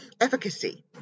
efficacy